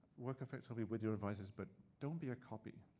work effectively with your advisors but don't be a copy.